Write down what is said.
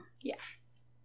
Yes